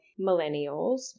millennials